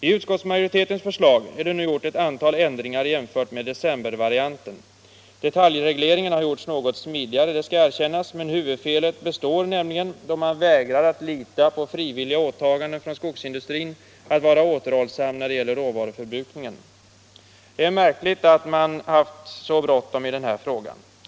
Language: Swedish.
I utskottsmajoritetens förslag har man nu gjort ett antal ändringar jämfört med decembervarianten. Detaljregleringen har gjorts något smidigare — det skall erkännas - men huvudfelet består, då man vägrar att lita på frivilliga åtaganden från skogsindustrin att vara återhållsam när det gäller råvaruförbrukningen. Det är märkligt att man haft så bråttom i den här frågan.